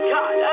God